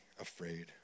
afraid